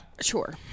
Sure